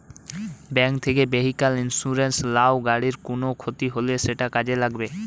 bank থিকে vehicle insurance লাও, গাড়ির কুনো ক্ষতি হলে সেটা কাজে লাগবে